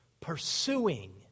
pursuing